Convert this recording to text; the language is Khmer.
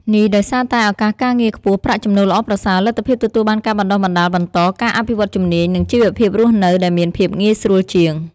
នេះដោយសារតែឱកាសការងារខ្ពស់ ប្រាក់ចំណូលល្អប្រសើរ លទ្ធភាពទទួលបានការបណ្តុះបណ្តាលបន្ត ការអភិវឌ្ឍជំនាញ និងជីវភាពរស់នៅដែលមានភាពងាយស្រួលជាង។